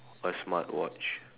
or smartwatch